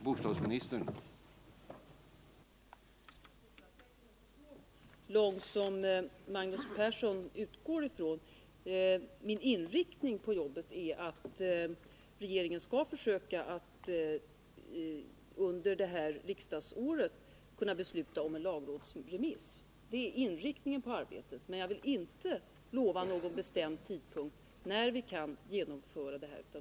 Herr talman! Tidsaspekten är inte den som Magnus Persson utgår från, utan vi beräknar kortare tid. Min inriktning på jobbet är att regeringen skall försöka att under det här riksdagsåret besluta om en lagrådsremiss. Det är alltså inriktningen på arbetet, men jag vill inte lova någon bestämd tidpunkt när vi kan genomföra det hela.